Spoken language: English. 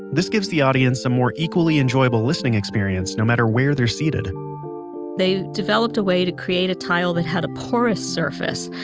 this gives the audience a more equally enjoyable listening experience no matter where they are seated they developed a way to create a tile that had a porous surface,